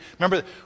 remember